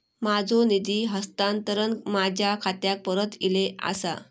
माझो निधी हस्तांतरण माझ्या खात्याक परत इले आसा